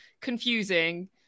confusing